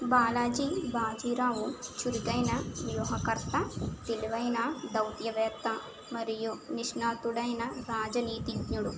బాలాజీ బాజీరావ్ చురుకైన వ్యూహకర్త తెలివైన దౌత్యవేత్త మరియు నిష్ణాతుడైన రాజనీతిజ్ఞుడు